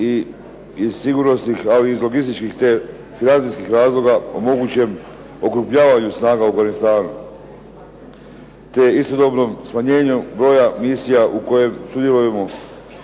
i iz sigurnosnih, ali i iz logističkih, te financijskih razloga o mogućem okrupnjavanja snaga u Afganistanu, te istodobnom smanjenju broja misija u kojem sudjelujemo.